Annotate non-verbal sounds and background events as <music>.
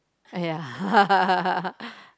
!aiya! <laughs>